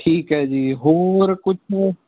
ਠੀਕ ਹੈ ਜੀ ਹੋਰ ਕੁਛ